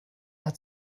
hat